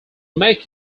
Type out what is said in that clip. make